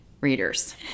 readers